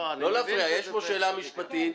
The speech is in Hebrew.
לא להפריע, יש פה שאלה משפטית.